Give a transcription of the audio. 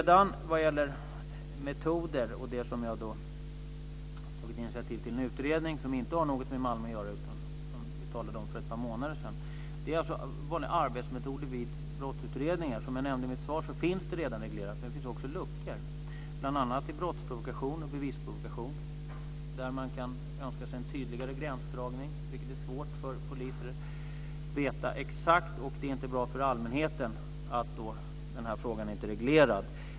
När det gäller metoder har jag alltså tagit initiativ till en utredning - som inte har något med Malmö att göra utan som vi talade om för ett par månader sedan - om arbetsmetoder vid brottsutredningar. Som jag nämnde i mitt svar finns det redan regleringar här. Men det finns också luckor - bl.a. i fråga om brottsprovokation och bevisprovokation, där man kan önska sig en tydligare gränsdragning. Det är svårt för poliser att kunna denna exakt, och det är inte bra för allmänheten att denna fråga inte är reglerad.